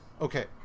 okay